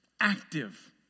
Active